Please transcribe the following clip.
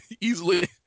easily